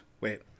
Wait